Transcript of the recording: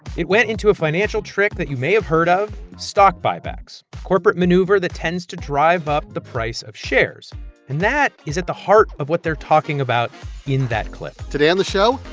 it went into a financial trick that you may have heard of stock buybacks, a corporate maneuver that tends to drive up the price of shares. and that is at the heart of what they're talking about in that clip today on the show,